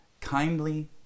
Kindly